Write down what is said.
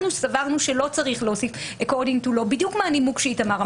אנחנו סברנו שלא צריך להוסיף אקורדינג טו לאו בדיוק מהנימוק שאיתמר אמר.